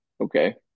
okay